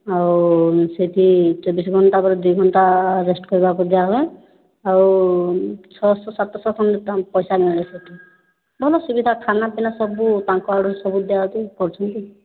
ଆଉ ସେଇଠି ଚବିଶ ଘଣ୍ଟାରେ ଦୁଇ ଘଣ୍ଟା ରେଷ୍ଟ୍ କରିବାକୁ ଦିଆହୁଏ ଆଉ ଛଅଶହ ସତଶହ ଖଣ୍ଡେ ପଇସା ମିଳେ ସେଇଠି ଭଲ ସୁବିଧା ଖାନା ପିନା ସବୁ ତାଙ୍କଆଡ଼ୁ ସବୁ ଦିଆ ଦୁଇ କରୁଛନ୍ତି